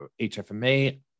HFMA